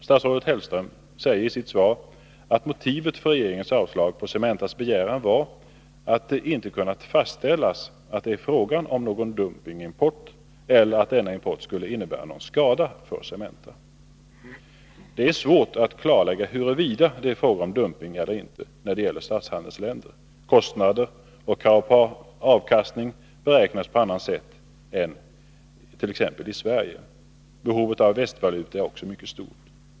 Statsrådet Hellström säger i sitt svar att motivet för regeringens avslag på Cementas begäran var att det inte kunnat fastställas att det är fråga om någon dumpingimport eller att denna import skulle innebära någon skada för Cementa. Det är svårt att klarlägga huruvida det är fråga om dumping eller inte när det gäller statshandelsländer. Kostnader och krav på avkastning beräknas där på annat sätt än t.ex. i Sverige. Behovet av västvaluta är också mycket stort.